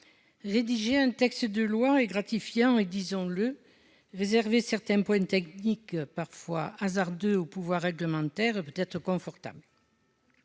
rédiger un texte de loi est gratifiant et, disons-le, réserver certains points techniques, parfois hasardeux, au pouvoir réglementaire peut être confortable.